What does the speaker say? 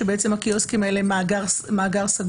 שבעצם הקיוסקים האלה הם מעגל סגור